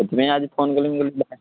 ସେଥିପାଇଁ ଆଜି ଫୋନ୍ କଲି ମୁଁ କହିଲି ଯାଏ